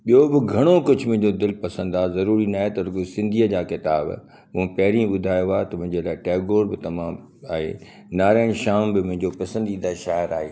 ॿियो बि घणो कुझु मुंहिंजो दिलि पसंदि आहे ज़रूरी न आहे त रुॻो सिंधीअ जा किताब मूं पहिरी ॿुधायो आहे त मुंहिंजे लाइ टैगोर बि तमामु आहे नारायण श्याम बि मुंहिंजो पसंदीदा शायर आहे